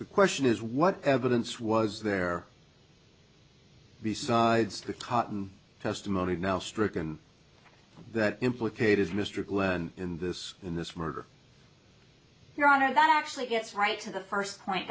the question is what evidence was there besides the cotton testimony now stricken that implicated mr glenn in this in this murder your honor that actually gets right to the first point